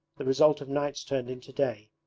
the result of nights turned into day,